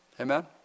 Amen